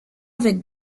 avec